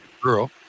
girl